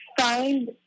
find